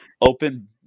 open